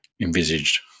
envisaged